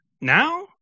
now